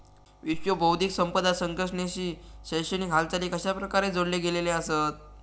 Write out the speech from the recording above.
विश्व बौद्धिक संपदा संघटनेशी शैक्षणिक हालचाली कशाप्रकारे जोडले गेलेले आसत?